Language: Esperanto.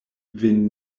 vin